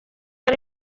ari